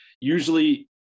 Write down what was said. usually